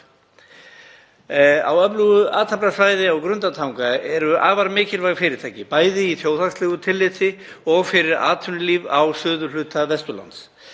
Á öflugu athafnasvæði á Grundartanga eru afar mikilvæg fyrirtæki, bæði í þjóðhagslegu tilliti og fyrir atvinnulíf á suðurhluta Vesturlands.